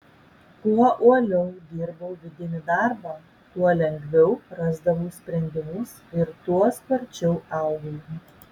kuo uoliau dirbau vidinį darbą tuo lengviau rasdavau sprendimus ir tuo sparčiau augau